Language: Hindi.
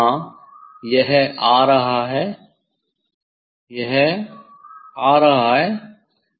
हाँ यह आ रहा है यह आ रहा है